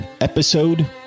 episode